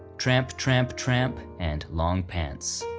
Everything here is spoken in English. tramp, tramp, tramp, and long pants.